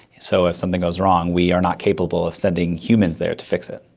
so if something goes wrong we are not capable of sending humans there to fix it.